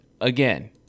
again